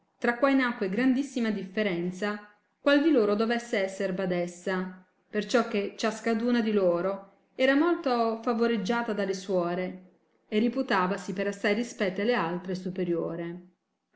tra quai nacque grandissima differenza qual di loro dovesse esser badessa perciò che ciascaduna di loro era molto favoreggiata dalle suore e riputavasi per assai rispetti alle altre superiore